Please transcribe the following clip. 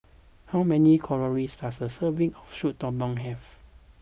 how many calories does a serving of Soup Tulang have